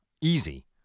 Easy